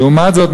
לעומת זאת,